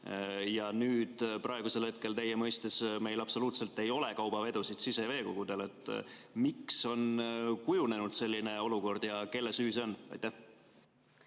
Ja nüüd teie mõistes meil absoluutselt ei ole kaubavedusid siseveekogudel. Miks on kujunenud selline olukord ja kelle süü see on? Aitäh,